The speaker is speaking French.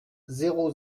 zéro